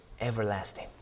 everlasting